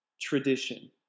tradition